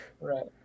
Right